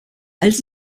als